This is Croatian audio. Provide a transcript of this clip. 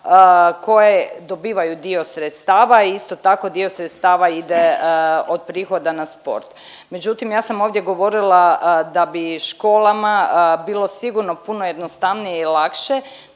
koje dobivaju i dio sredstava, isto tako dio sredstava ide od prihoda na sport. Međutim ja sam ovdje govorila da bi školama bilo sigurno puno jednostavnije i lakše